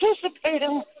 participating